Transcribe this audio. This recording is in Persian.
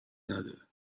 نداره